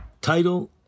title